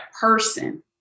person